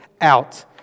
out